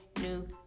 new